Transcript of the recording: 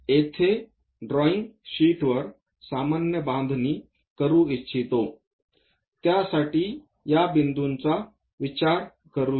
आपण येथे ड्रॉईंग शीटवर सामान्य रेषा बनवू इच्छितो त्यासाठी या बिंदूचा विचार करूया